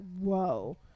whoa